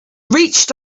reached